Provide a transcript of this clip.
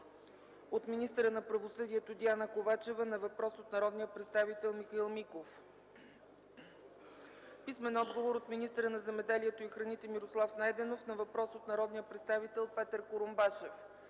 от министъра на правосъдието Диана Ковачева на въпрос от народния представител Михаил Миков; - от министъра на земеделието и храните Мирослав Найденов на въпрос от народния представител Петър Курумбашев;